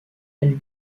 elle